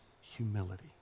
humility